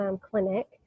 clinic